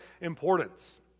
importance